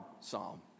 psalm